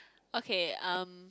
okay um